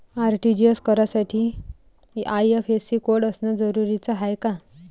RTGS करासाठी IFSC code असनं जरुरीच हाय का?